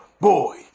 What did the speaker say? Boy